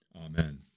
Amen